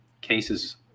cases